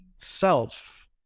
self